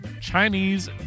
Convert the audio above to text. Chinese